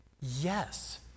Yes